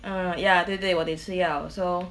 err ya 对对我得吃药